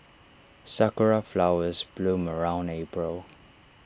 Sakura Flowers bloom around April